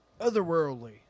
otherworldly